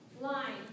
line